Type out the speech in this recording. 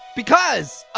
because,